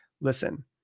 listen